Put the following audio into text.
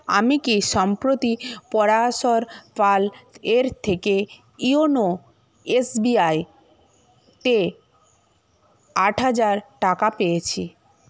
আমি কি সম্প্রতি পরাশর পালের থেকে ইওনো এস বি আইতে আট হাজার টাকা পেয়েছি